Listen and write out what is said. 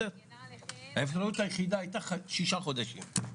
האפשרות היחידה הייתה שישה חודשים.